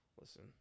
Listen